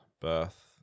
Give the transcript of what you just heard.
birth